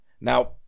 Now